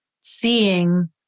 seeing